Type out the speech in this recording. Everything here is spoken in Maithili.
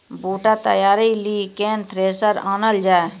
बूटा तैयारी ली केन थ्रेसर आनलऽ जाए?